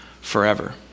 forever